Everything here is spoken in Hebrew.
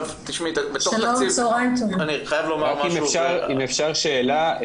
אם אפשר שאלה,